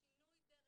שינוי דרך.